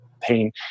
pain